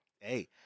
Hey